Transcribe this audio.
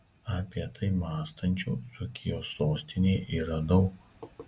apie tai mąstančių dzūkijos sostinėje yra daug